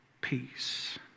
peace